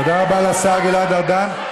תודה רבה לשר גלעד ארדן.